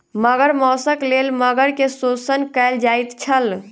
मगर मौसक लेल मगर के शोषण कयल जाइत छल